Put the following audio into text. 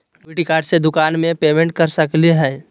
Debit card से दुकान में पेमेंट कर सकली हई?